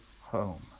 home